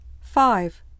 Five